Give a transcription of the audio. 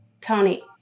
Tony